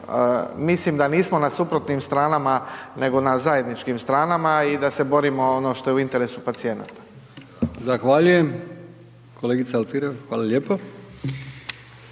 mislim da nismo na suprotnim stranama nego na zajedničkim stranama i da se borimo ono što je u interesu pacijenata. **Brkić, Milijan (HDZ)** Zahvaljujem. Kolegica Alfirev, hvala lijepo.